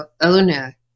owner